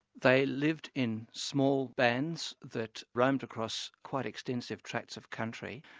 they lived in small bands that roamed across quite extensive tracts of country,